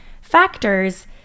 factors